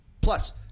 Plus